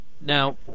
Now